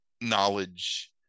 knowledge